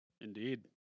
Indeed